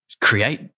create